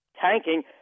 tanking